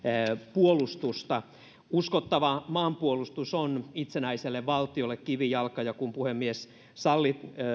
puolustusta uskottava maanpuolustus on itsenäiselle valtiolle kivijalka ja kun puhemies salli